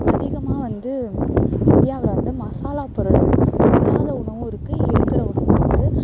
அதிகமாக வந்து இந்தியாவில வந்து மசாலா பொருட்கள் இல்லாத உணவும் இருக்குது இருக்கிற உணவும் இருக்குது